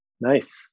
Nice